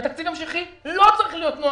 ותקציב המשכי לא צריך להיות נוח.